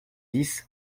dix